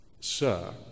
Sir